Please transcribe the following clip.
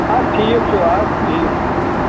اَدٕ ٹھیٖک چھُ اَدٕ ٹھیٖک چھُ